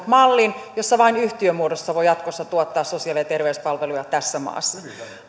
mallin jossa vain yhtiömuodossa voi jatkossa tuottaa sosiaali ja terveyspalveluja tässä maassa